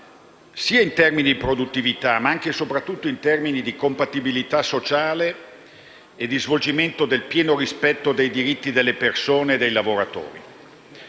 in termini di produttività ma, soprattutto, di compatibilità sociale e di svolgimento del pieno rispetto dei diritti delle persone e dei lavoratori.